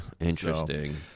interesting